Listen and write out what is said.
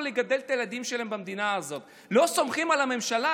לגדל את הילדים שלהם במדינה הזאת לא סומכים על הממשלה,